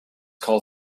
call